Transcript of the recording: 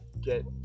get